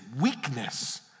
weakness